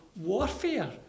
warfare